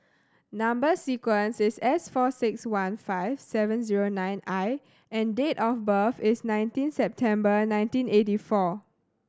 number sequence is S four six one five seven zero nine I and date of birth is nineteen September nineteen eighty four